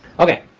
ok,